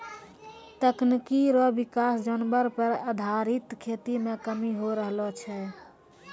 तकनीकी रो विकास जानवर पर आधारित खेती मे कमी होय रहलो छै